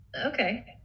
okay